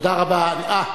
תודה רבה.